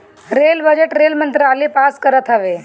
rail budget rail मंत्रालय पास करत हवे